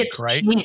right